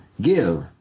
give